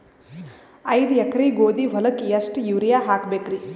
ಐದ ಎಕರಿ ಗೋಧಿ ಹೊಲಕ್ಕ ಎಷ್ಟ ಯೂರಿಯಹಾಕಬೆಕ್ರಿ?